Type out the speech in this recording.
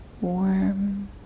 warm